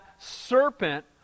serpent